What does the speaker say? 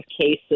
cases